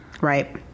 Right